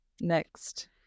next